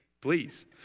please